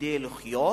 כדי לחיות